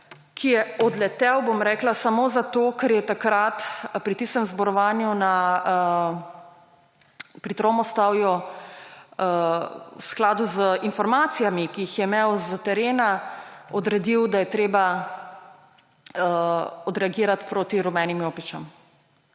ki je odletel, bom rekla, samo zato, ker je pri tistem zborovanju pri Tromostovju v skladu z informacijami, ki jih je imel s terena, odredil, da je treba odreagirati proti rumenim jopičem.